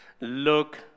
look